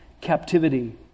captivity